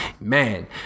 man